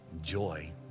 joy